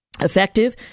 effective